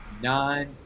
nine